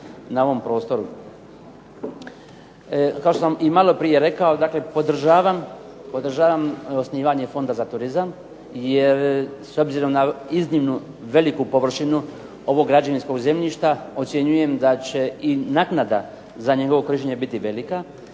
na ovom prostoru. Kao što sam maloprije rekao podržavam osnivanje Fonda za turizam jer s obzirom na iznimno veliku površinu ovog građevinskog zemljišta ocjenjujem da će i naknada za njegovo korištenje biti velika